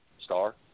Star